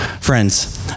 Friends